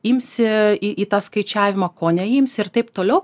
imsi į tą skaičiavimą ko neims ir taip toliau